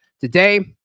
today